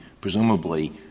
presumably